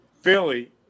Philly